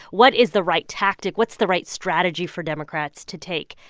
what is the right tactic? what's the right strategy for democrats to take?